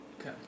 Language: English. Okay